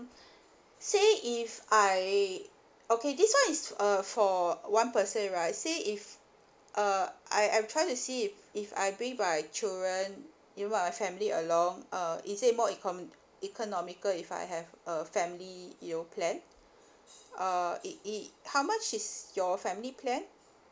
say if I okay this one is uh for one person right say if uh I I'm try to see if if I bring my children invite my family along uh is it more econ~ economical if I have a family year plan uh it it how much is your family plan